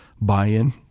buy-in